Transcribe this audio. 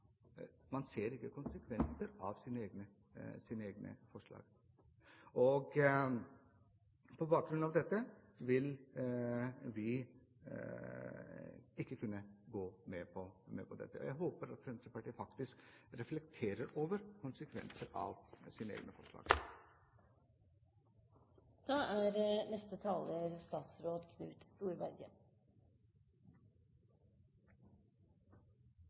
ser konsekvensene av sine egne forslag. På bakgrunn av dette vil vi ikke kunne gå med på dette. Jeg håper at Fremskrittspartiet reflekterer over konsekvensene av sine egne forslag. Jeg er